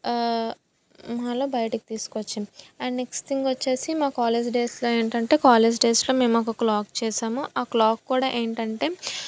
మాలో బయటకు తీసుకొచ్చాం అండ్ నెక్స్ట్ థింగ్ వచ్చేసి మా కాలేజ్ డేస్లో ఏంటంటే కాలేజ్ డేస్లో మేము ఒక క్లాక్ చేసాము ఆ క్లాక్ కూడా ఏంటంటే